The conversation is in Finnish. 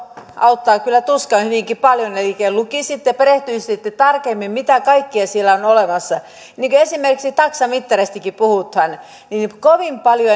auttaa kyllä tuskaan hyvinkin paljon elikkä lukisitte ja perehtyisitte tarkemmin mitä kaikkea siellä on olemassa kun esimerkiksi taksamittareistakin puhutaan niin kovin paljon